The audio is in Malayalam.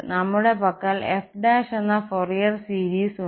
ഞങ്ങളുടെ പക്കൽ f എന്ന ഫോറിയർ സീരീസ് ഉണ്ട്